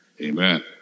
Amen